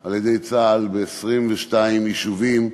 של צה"ל ב-22 יישובים,